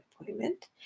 appointment